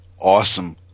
awesome